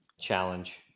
challenge